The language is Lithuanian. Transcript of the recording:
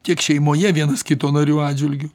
tiek šeimoje vienas kito narių atžvilgiu